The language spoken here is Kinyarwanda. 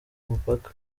umupaka